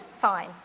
sign